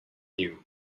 you